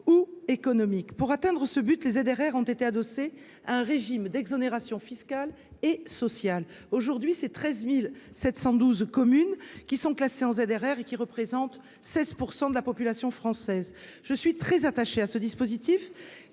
économique pour atteindre ce but, les ZRR ont été adossé un régime d'exonération fiscale et sociale aujourd'hui ses 13712 communes qui sont classées en ZRR et qui représentent 16 % de la population française, je suis très attaché à ce dispositif, qui